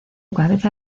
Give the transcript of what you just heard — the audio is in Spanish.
cabeza